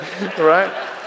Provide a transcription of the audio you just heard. Right